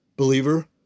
believer